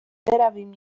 برویم